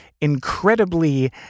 incredibly